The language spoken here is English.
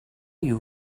you